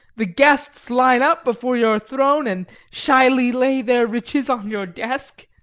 the guests line up before your throne and shyly lay their riches on your desk.